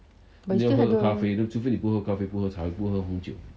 but you still have to